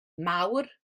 mawr